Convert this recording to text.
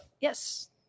Yes